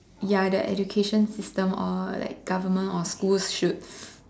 ya the education system like government or the schools should